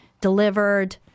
delivered